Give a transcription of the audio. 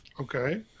okay